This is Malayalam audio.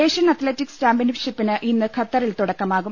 ഏഷ്യൻ അത്ലറ്റിക്സ് ചാമ്പ്യൻഷിപ്പിന് ഇന്ന് ഖത്തറിൽ തുട ക്കമാകും